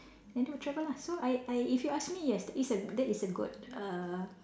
and they will travel lah so I I if you ask me yes it's a that is a good err